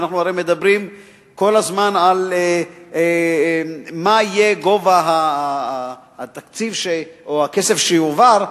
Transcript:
אנחנו הרי מדברים כל הזמן על מה יהיה גובה התקציב או הכסף שיועבר,